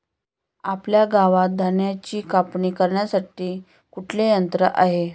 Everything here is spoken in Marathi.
आपल्या गावात धन्याची कापणी करण्यासाठी कुठले यंत्र आहे?